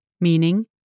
Meaning